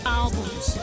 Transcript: albums